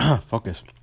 focus